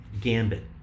Gambit